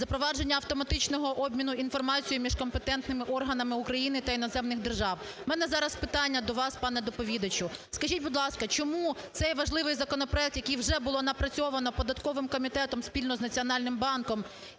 запровадження автоматичного обміну інформацією між компетентними органами України та іноземних держав. У мене зараз питання до вас, пане доповідачу. Скажіть, будь ласка, чому цей важливий законопроект, який вже було напрацьовано податковим комітетом спільно з Національним банком